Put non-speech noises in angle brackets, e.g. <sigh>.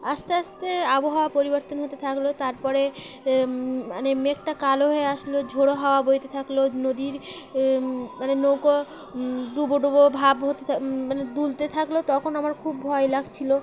আস্তে আস্তে আবহাওয়া পরিবর্তন হতে থাকল তার পরে এ মানে মেঘটা কালো হয়ে আসলো ঝোড়ো হাওয়া বইতে থাকল নদীর মানে নৌকো ডুবোডুবো ভাব হতে <unintelligible> মানে দুলতে থাকল তখন আমার খুব ভয় লাগছিল